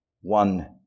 One